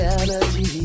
energy